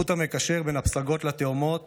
החוט המקשר בין הפסגות לתהומות